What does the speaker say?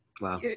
Wow